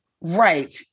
Right